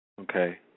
Okay